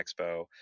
expo